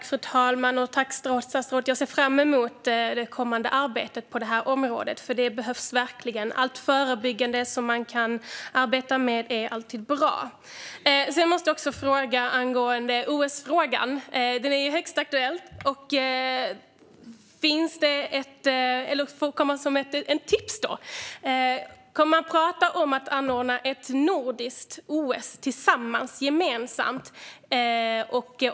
Fru talman! Tack, statsrådet! Jag ser fram emot det kommande arbetet på detta område, för det behövs verkligen. Allt förebyggande som man kan arbeta med är alltid bra. Sedan måste jag också fråga eller ge ett tips angående OS-frågan, som är högst aktuell: Kommer man att prata om att anordna ett nordiskt OS tillsammans, gemensamt?